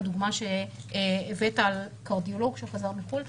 הדוגמה שהבאת על קרדיולוג שחזר מחו"ל,